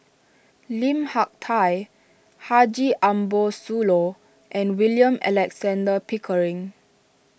Lim Hak Tai Haji Ambo Sooloh and William Alexander Pickering